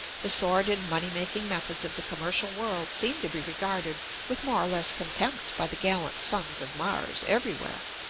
the sordid money-making methods of the commercial world seem to be regarded with more or less contempt by the gallant sons of mars everywhere,